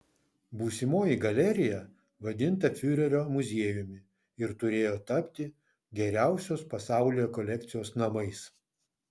būsimoji galerija vadinta fiurerio muziejumi ir turėjo tapti geriausios pasaulyje kolekcijos namais